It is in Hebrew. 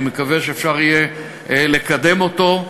אני מקווה שאפשר יהיה לקדם אותו,